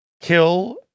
kill